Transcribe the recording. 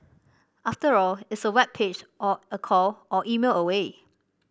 after all it's a web page or a call or email away